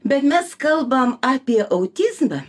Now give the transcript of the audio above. bet mes kalbam apie autizmą